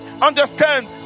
understand